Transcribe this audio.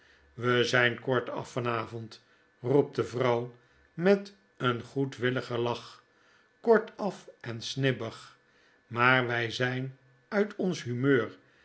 we zjjn kortaf van avond i roept de vrouw met een goedwilligen lach kortaf en snibbig maar we zyn uit ons humeur